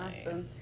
awesome